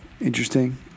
interesting